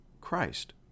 christ